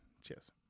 Cheers